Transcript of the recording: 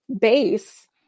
base